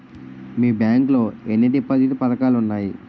మీ bank లో ఎన్ని deposit పథకాలు ఉన్నాయి?